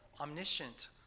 omniscient